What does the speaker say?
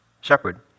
shepherd